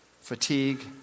fatigue